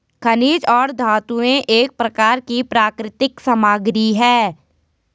खनिज और धातुएं एक प्रकार की प्राकृतिक सामग्री हैं